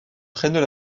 prennent